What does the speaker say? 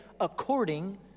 according